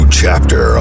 chapter